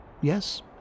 Yes